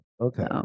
okay